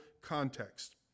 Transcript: context